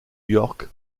york